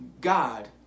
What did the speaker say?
God